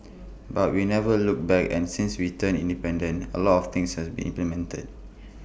but we never looked back and since we turned independent A lot of things has been implemented